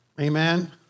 Amen